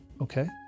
okay